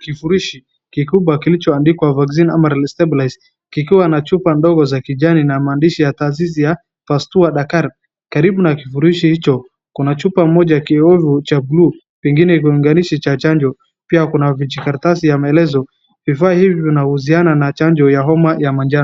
kifurushi kikubwa kilicho andikwa vaccine amaril stabalise kikiwa na chupa ndogo ya kijani na maandishi ya taasisi ya pastua daktari. Karibu na kifurushi hicho kuna chupa moja ya kiovu cha bluu pengine kiunganishi cha chanjo. Pia kuna vijikaratasi ya maelezo. Vifaa hizi zinahusiana na chanjo ya homa ya majano.